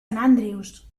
andrews